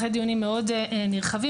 אחרי דיונים מאוד נרחבים,